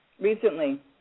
recently